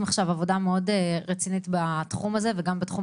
עכשיו עבודה מאוד רצינית בתחום הזה וגם בתחום